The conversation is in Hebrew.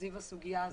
בסוגיה הזאת.